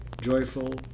joyful